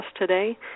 today